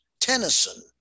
Tennyson